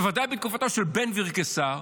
בוודאי בתקופתו של בן גברי כשר,